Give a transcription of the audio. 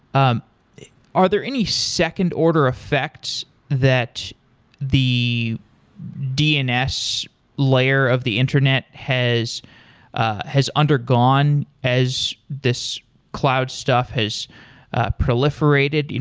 um are there any second order effects that the dns layer of the internet has ah has undergone as this cloud stuff has proliferated?